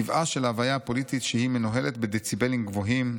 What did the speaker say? טבעה של ההוויה הפוליטית שהיא מנוהלת בדציבלים גבוהים.